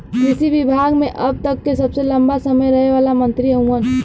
कृषि विभाग मे अब तक के सबसे लंबा समय रहे वाला मंत्री हउवन